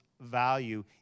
value